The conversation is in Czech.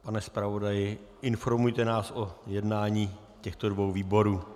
Pane zpravodaji, informujte nás o jednání těchto dvou výborů.